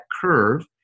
curve